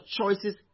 choices